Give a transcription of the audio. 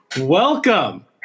Welcome